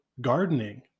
gardening